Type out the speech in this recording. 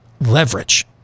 Leverage